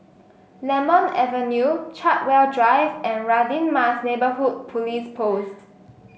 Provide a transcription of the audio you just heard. Lemon Avenue Chartwell Drive and Radin Mas Neighbourhood Police Post